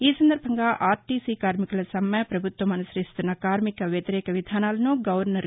ఈ సందర్బంగా ఆర్టీసీ కార్శికుల సమ్నె ప్రభుత్వం అనుసరిస్తున్న కార్మిక వ్యతిరేక విధానాలను గవర్నర్కు వివరించారు